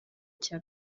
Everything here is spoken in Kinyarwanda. cya